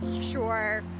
sure